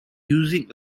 using